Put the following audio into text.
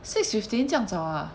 six fifteen 这样早啊